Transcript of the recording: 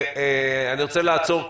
אני רוצה לעצור כאן,